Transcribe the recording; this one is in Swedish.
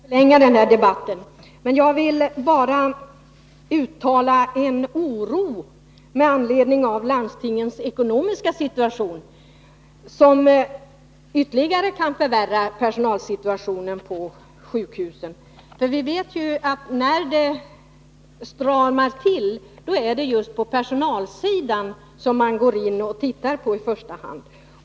Herr talman! Det finns ingen anledning att förlänga den här debatten. Jag vill bara uttala oro med anledning av landstingens ekonomiska förhållanden, som ytterligare kan förvärra personalsituationen på sjukhusen. Vi vet ju att när det stramar åt är det just personalsidan som man tittar på i första hand.